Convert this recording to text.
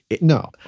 No